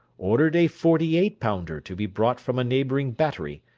ordered a forty-eight pounder to be brought from a neighbouring battery,